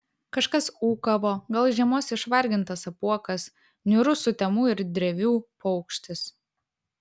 kažkas ūkavo gal žiemos išvargintas apuokas niūrus sutemų ir drevių paukštis